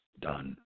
done